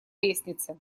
лестнице